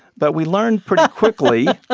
but we learned pretty quickly.